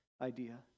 idea